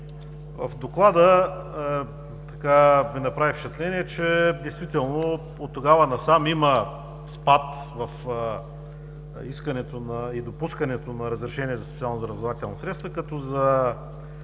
В Доклада ми направи впечатление, че действително оттогава насам има спад в искането и допускането на разрешение за специалните разузнавателни средства като за